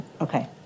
okay